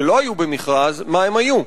שלא היו במכרז, מה הם היו?